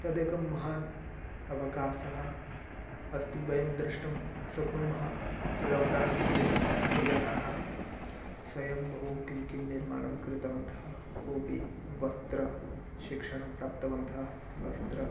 तदेकं महान् अवकाशः अस्ति वयं द्रष्टुं शक्नुमः लाक्डौन्मध्ये बहुजनाः स्वयं बहु किं किं निर्माणं कृतवन्तः कोऽपि वस्त्रशिक्षणं प्राप्तवन्तः वस्त्र